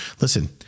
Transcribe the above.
Listen